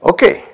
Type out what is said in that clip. Okay